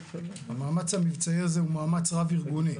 המאמץ המבצעי הזה הוא מאמץ רב-ארגוני.